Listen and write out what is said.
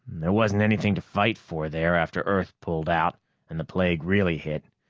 there wasn't anything to fight for there after earth pulled out and the plague really hit.